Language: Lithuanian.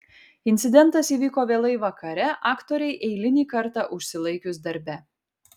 incidentas įvyko vėlai vakare aktorei eilinį kartą užsilaikius darbe